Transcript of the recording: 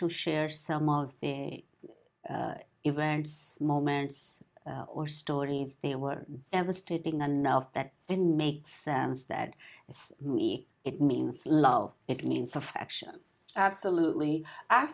to share some of the events moments or stories they were devastating enough that didn't make sense that and it means love it means affection absolutely